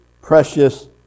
precious